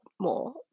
more